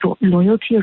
loyalty